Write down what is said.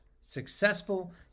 successful